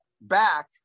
back